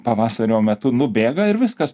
pavasario metu nubėga ir viskas